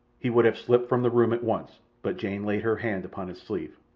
he would have slipped from the room at once, but jane laid her hand upon his sleeve.